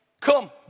Come